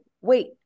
Wait